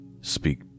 speak